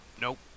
Nope